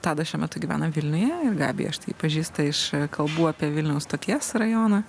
tadas šiuo metu gyvena vilniuje ir gabija štai jį pažįsta iš kalbų apie vilniaus stoties rajoną